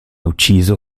ucciso